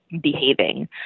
behaving